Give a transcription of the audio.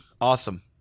Awesome